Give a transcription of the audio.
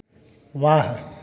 वाह